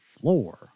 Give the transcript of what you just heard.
Floor